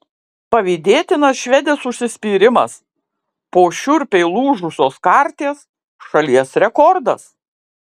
pavydėtinas švedės užsispyrimas po šiurpiai lūžusios karties šalies rekordas